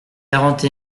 quarante